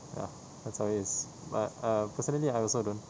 ya that's how it is but uh personally I also don't